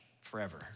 forever